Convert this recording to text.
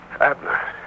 Abner